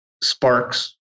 sparks